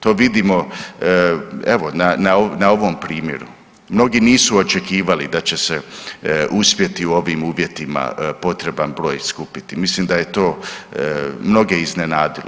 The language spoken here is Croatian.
To vidimo evo na ovom primjeru, mnogi nisu očekivali da će se uspjeti u ovim uvjetima potreban broj skupiti, mislim da je to mnoge iznenadilo.